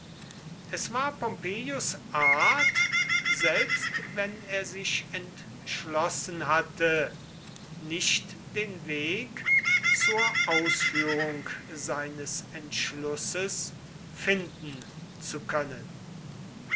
es war pompeius art selbst wenn er sich entschlossen hatte nicht den weg zur ausführung seines entschlusses finden zu können